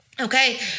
Okay